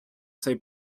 цей